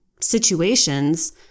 situations